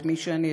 את מי שאני,